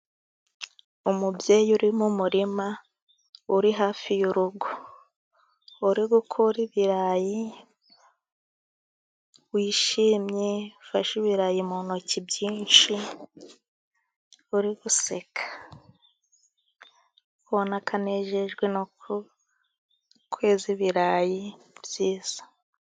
Umubyeyi uri mu umurima uri hafi yurugo, uri gukura ibirayi, wishimye, ufashe ibirayi mu ntoki byinshi, uri guseka. Ubona ko akanejejwe no kweza ibirayi byiza.